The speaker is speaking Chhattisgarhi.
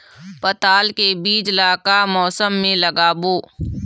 पताल के बीज ला का मौसम मे लगाबो?